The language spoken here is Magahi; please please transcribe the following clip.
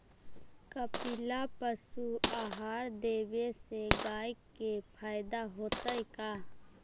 कपिला पशु आहार देवे से गाय के फायदा होतै का?